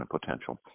potential